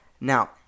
Now